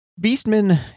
Beastmen